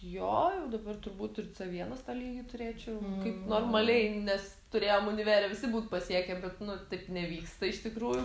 jo jau dabar turbūt ir c vienas tą lygį turėčiau kaip normaliai nes turėjom univere visi būt pasiekę bet nu taip nevyksta iš tikrųjų